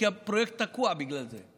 כי הפרויקט תקוע בגלל זה.